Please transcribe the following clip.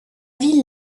ville